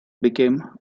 became